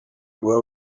guha